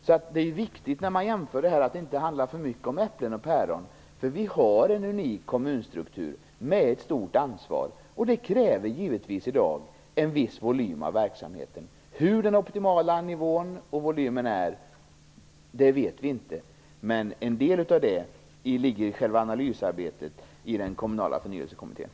När man gör jämförelser är det därför viktigt att det inte i alltför stor utsträckning handlar om äpplen och päron. Vi har en unik kommunstruktur med ett stort ansvar, och det kräver givetvis en viss volym på verksamheten i dag. Var den optimala nivån ligger eller hur stor volymen skall vara vet vi inte. Men en del av svaren finns i själva analysarbetet i den kommunala förnyelsekommittén.